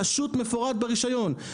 פשוט מפורט ברישיון,